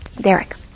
Derek